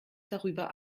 darüber